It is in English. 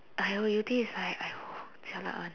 !aiyo! yew tee is like !aiyo! jialat one